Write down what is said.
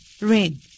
Rain